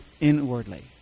inwardly